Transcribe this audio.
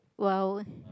!wow!